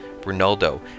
Ronaldo